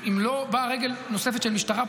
אם לא באה רגל נוספת של משטרה,